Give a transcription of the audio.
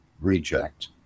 reject